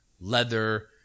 leather